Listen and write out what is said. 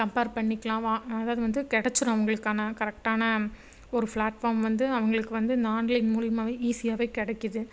compare பண்ணிக்கலாம் வா அதாவது வந்து கிடச்சிரும் அவங்களுக்கான கரெக்டான ஒரு ஃபிளாட்ஃபாம் வந்து அவங்களுக்கு வந்து இந்த ஆன்லைன் மூலியமாகவே ஈஸியாகவே கிடைக்குது